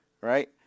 right